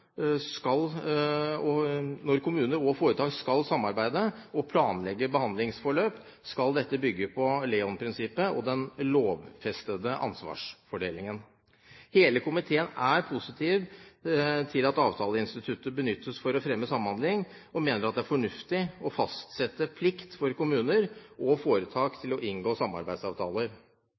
skal samarbeide og planlegge behandlingsforløp, skal dette bygge på LEON-prinsippet og den lovfestede ansvarsfordelingen. Hele komiteen er positiv til at avtaleinstituttet benyttes for å fremme samhandling og mener at det er fornuftig å fastsette plikt for kommuner og foretak til å inngå samarbeidsavtaler.